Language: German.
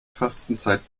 fastenzeit